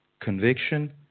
conviction